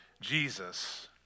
Jesus